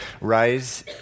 rise